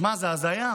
שמע, זאת הזיה.